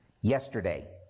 Yesterday